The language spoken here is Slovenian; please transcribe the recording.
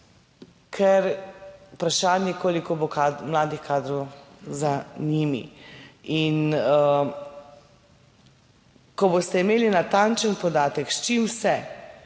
ker vprašanje koliko bo mladih kadrov za njimi? In ko boste imeli natančen podatek s čim vse